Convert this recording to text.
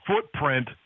footprint